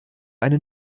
einen